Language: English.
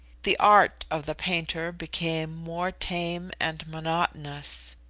the art of the painter became more tame and monotonous.